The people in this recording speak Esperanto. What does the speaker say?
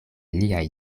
liaj